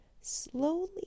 slowly